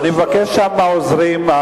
אני מבקש שם מהעוזרים,